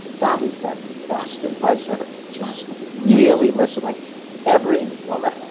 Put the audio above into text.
that is the best advice ever. just really listen like every woman,